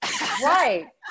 Right